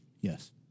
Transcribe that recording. Yes